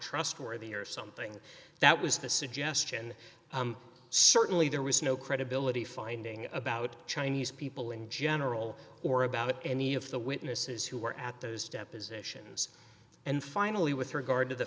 trustworthy or something that was the suggestion certainly there was no credibility finding about chinese people in general or about any of the witnesses who were at those depositions and finally with regard to the